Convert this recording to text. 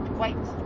white